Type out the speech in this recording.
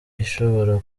ishobora